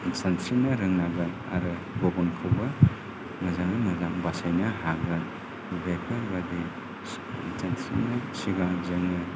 सानस्रिनो रोंनांगोन आरो गुबुनखौबो मोजाङै मोजां बासायनो हागोन बेफोरबादि सानस्रिनाय सिगां जोङो